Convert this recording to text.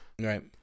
Right